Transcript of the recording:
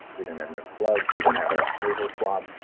we don't have enough gloves. we don't have enough nasal swabs.